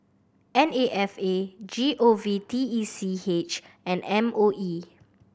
N A F A G O V T E C H and M O E